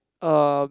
um